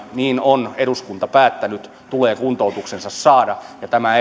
niin on eduskunta päättänyt tulee kuntoutuksensa saada tämä